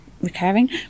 recurring